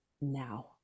now